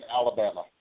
Alabama